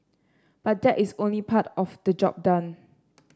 but that is only part of the job done